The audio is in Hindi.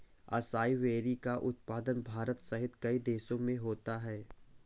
असाई वेरी का उत्पादन भारत सहित कई देशों में होता है